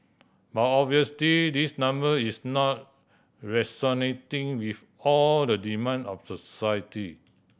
but obviously this number is not resonating with all the demand of society